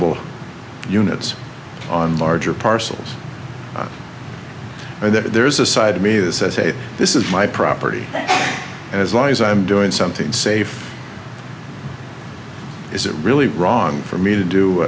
fordable units on larger parcels there's a side of me that says hey this is my property and as long as i'm doing something safe is it really wrong for me to do